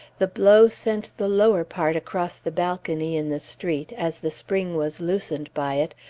the blow sent the lower part across the balcony in the street, as the spring was loosened by it,